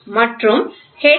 L